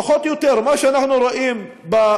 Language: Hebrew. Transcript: פחות או יותר מה שאנחנו רואים במערכת